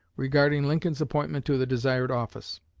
regarding lincoln's appointment to the desired office.